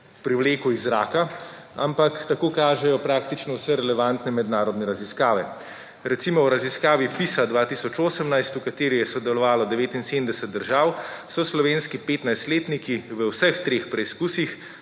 privlekel iz zraka, ampak tako kažejo praktično vse relevantne mednarodne raziskave. Recimo o raziskavi PISA 2018, v kateri je sodelovalo 79 držav, so slovenski petnajstletniki v vseh treh preizkusih,